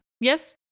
yes